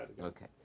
Okay